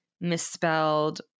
Misspelled